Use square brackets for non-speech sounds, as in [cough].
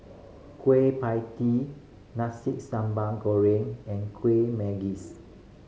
Kueh Pie Tee nasi samban goreng and kueh [unintelligible]